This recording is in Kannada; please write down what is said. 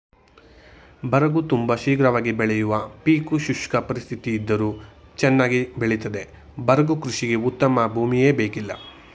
ಬರಗು ತುಂಬ ಶೀಘ್ರವಾಗಿ ಬೆಳೆಯುವ ಪೀಕು ಶುಷ್ಕ ಪರಿಸ್ಥಿತಿಯಿದ್ದರೂ ಚನ್ನಾಗಿ ಬೆಳಿತದೆ ಬರಗು ಕೃಷಿಗೆ ಉತ್ತಮ ಭೂಮಿಯೇ ಬೇಕಿಲ್ಲ